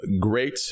great